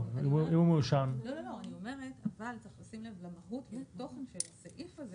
אבל צריך לשים לב למהות ולתוכן הסעיף שבאמת